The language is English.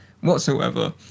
whatsoever